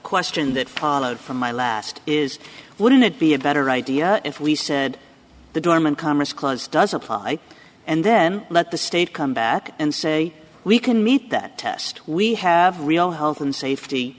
question that followed from my last is wouldn't it be a better idea if we said the dorm and commerce clause does apply and then let the state come back and say we can meet that test we have real health and safety